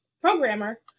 programmer